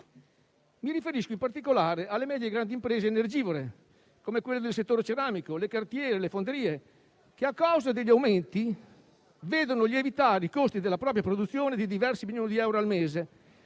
Mi riferisco in particolare alle medie e grandi imprese energivore, come quelle del settore ceramico, le cartiere o le fonderie, che a causa degli aumenti vedono lievitare i costi della propria produzione di diversi milioni di euro al mese